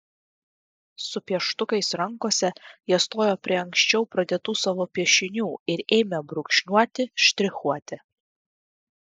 su pieštukais rankose jie stojo prie anksčiau pradėtų savo piešinių ir ėmė brūkšniuoti štrichuoti